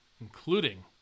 including